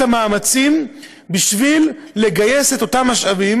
המאמצים בשביל לגייס את אותם משאבים,